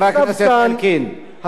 אבל המצב כאן, רק רגע.